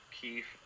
keith